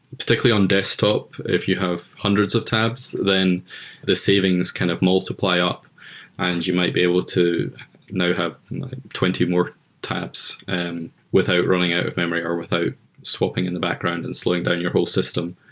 particularly on desktop, if you have hundreds of tabs, then the savings kind of multiply up and you might be able to now have like twenty more tabs and without running out of memory or without swapping in the background and slowing down your whole system.